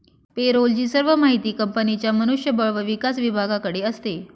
पे role ची सर्व माहिती कंपनीच्या मनुष्य बळ व विकास विभागाकडे असते